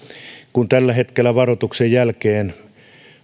kun tällä hetkellä varoituksen jälkeen